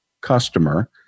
customer